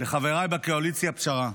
לחבריי בקואליציה, פשרה: